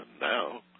now